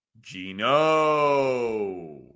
Gino